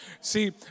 See